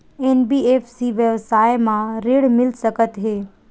NBFC व्यवसाय मा ऋण मिल सकत हे